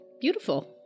beautiful